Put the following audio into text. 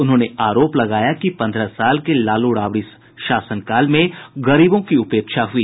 उन्होंने आरोप लगाया कि पन्द्रह साल के लालू राबड़ी शासनकाल में गरीबों की उपेक्षा हुई